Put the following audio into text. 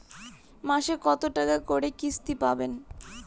মাসে কত টাকা করে কিস্তি পড়বে?